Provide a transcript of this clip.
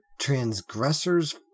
Transgressor's